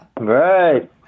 Right